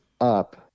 up